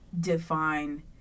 define